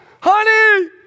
honey